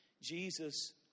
Jesus